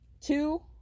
Two